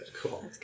cool